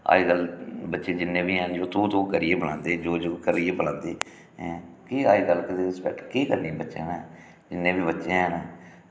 अजकल्ल बच्चे जिन्ने बी हैन ओह् तू तू करियै बुलांदे यू यू करियै बलांदे ऐं केह् अजकल्ल रिस्पैक्ट केह् करनी बच्चे ने जिन्ने बी बच्चे हैन